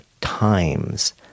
times